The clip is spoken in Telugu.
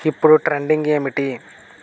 ఇప్పుడు ట్రెండింగ్ ఏమిటి